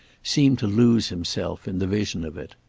seemed to lose himself in the vision of it.